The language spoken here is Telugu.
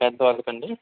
పెద్ద వాళ్లకి అండి